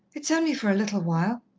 it's only for a little while.